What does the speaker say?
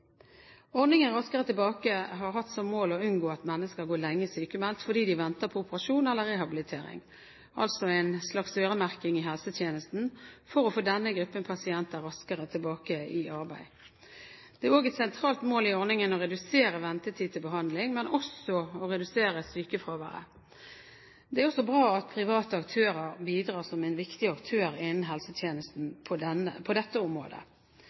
Ordningen Raskere tilbake har hatt som mål å unngå at mennesker går lenge sykmeldt fordi de venter på operasjon eller rehabilitering, altså en slags øremerking i helsetjenesten for å få denne gruppen pasienter raskere tilbake i arbeid. Det er et sentralt mål i ordningen å redusere ventetid til behandling, men også å redusere sykefraværet. Det er også bra at private aktører bidrar som en viktig aktør innen helsetjenesten på dette området. Kristelig Folkeparti har likevel valgt å vente på